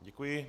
Děkuji.